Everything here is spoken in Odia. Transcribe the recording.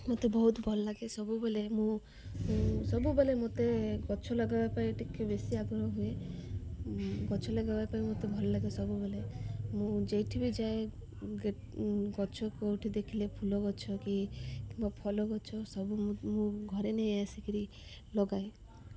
ମତେ ବହୁତ ଭଲ ଲାଗେ ସବୁବେଳେ ମୁଁ ସବୁବେଳେ ମୋତେ ଗଛ ଲଗାଇବା ପାଇଁ ଟିକେ ବେଶୀ ଆଗ୍ରହ ହୁଏ ଗଛ ଲଗାଇବା ପାଇଁ ମୋତେ ଭଲ ଲାଗେ ସବୁବେଳେ ମୁଁ ଯେଉଁଠି ବି ଯାଏ ଗଛ କେଉଁଠି ଦେଖିଲେ ଫୁଲ ଗଛ କି କିମ୍ବା ଫଳ ଗଛ ସବୁ ମୁଁ ଘରେ ନେଇ ଆସି କରି ଲଗାଏ